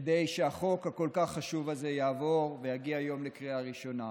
כדי שהחוק הכל-כך חשוב הזה יעבור ויגיע היום לקריאה ראשונה.